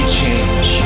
change